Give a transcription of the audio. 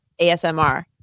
ASMR